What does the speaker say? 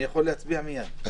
אני יכול להצביע מיד.